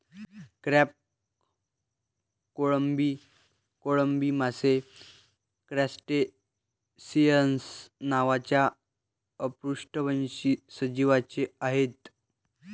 crab, कोळंबी, कोळंबी मासे क्रस्टेसिअन्स नावाच्या अपृष्ठवंशी सजीवांचे आहेत